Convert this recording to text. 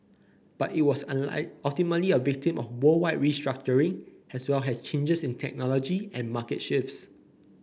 but it was ultimately a victim of worldwide restructuring as well as changes in technology and market shifts